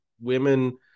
women